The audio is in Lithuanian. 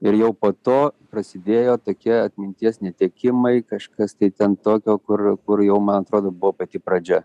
ir jau po to prasidėjo tokie atminties netekimai kažkas tai ten tokio kur kur jau man atrodo buvo pati pradžia